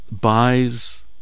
buys